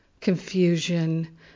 confusion